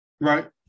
right